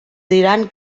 diran